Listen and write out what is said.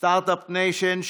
סטרטאפ ניישן,